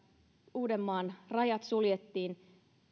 uudenmaan rajat suljettiin